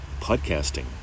podcasting